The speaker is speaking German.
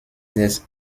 des